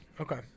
Okay